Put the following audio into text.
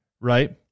right